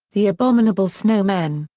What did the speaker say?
the abominable snowmen,